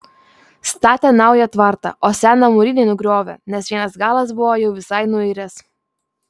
statė naują tvartą o seną mūrinį nugriovė nes vienas galas buvo jau visai nuiręs